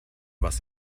was